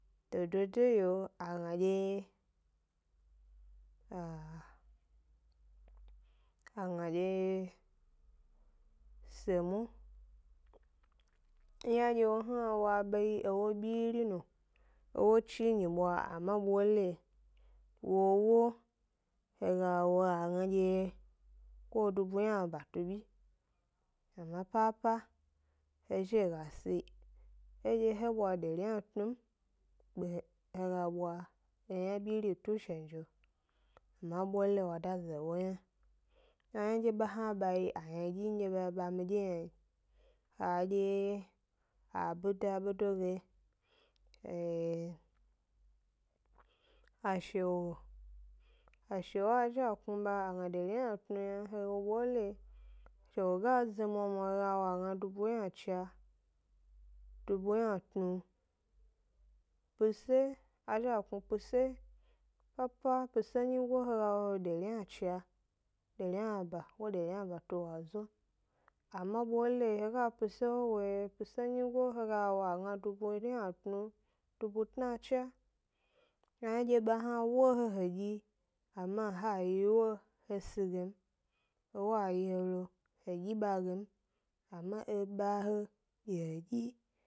Dodo de yio a gna dye, a gna dye semo, ynandye wo hna wa be yi ewo byiri no, ewo chi nyibwa, ama bole wo ewo, he ga wo a gna dye ko dubu yna ba tu byi, ama papa he zhi he ga si edye he bwa dari yna tnu m, kpe he he ga bwa eyna byiri tu shenzhio, ama bole wa da ze ewo yna, aynandye ba hna ba ba yi aynadyindye ba ba midye yna n, ha dye a bida bedo ge, ee ashewo, ashewo a zhi a knu ba a gna dari yna tnu yna, bole shewo ga zo mwamwa he ga wo a gna dubu yna cha, dubu yna tnu. Pise a zhi a knu pise papa pis enyigo he ga wo dari ynacha dari yna ba ko dari yna ba tu wazo, ama bole he ga pise 'wo wo, pise nyigo he ga wo a gna dubu ynatnu, dubu tnacha, ayna ndye ba hna wo he he dyi ama ha yi ewo he si ge m, ewo a yi he lo he dyi ba ge m, ama e ba he gi he dyi.